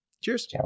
Cheers